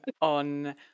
on